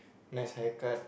nice haircut